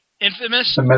Infamous